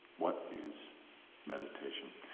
what is meditation?